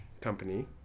company